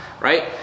right